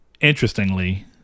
interestingly